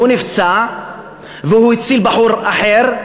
והוא נפצע והוא הציל בחור אחר,